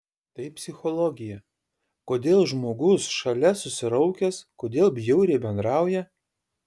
tai psichologija kodėl žmogus šalia susiraukęs kodėl bjauriai bendrauja